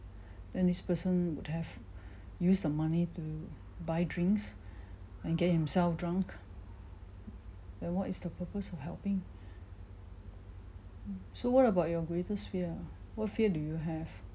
then this person would have used the money to buy drinks and get himself drunk then what is the purpose of helping so what about your greatest fear what fear do you have